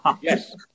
Yes